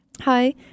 Hi